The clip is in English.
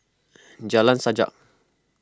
Jalan Sajak